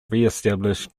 reestablish